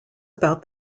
about